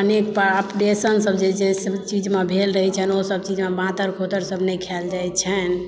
अनेक ऑपरेशन सभ जे कोनो चीजमे भेल रहै छनि ओहि सभ चीजमे बाँतर खोतर नहि खायल जाइ छनि